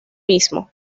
mismo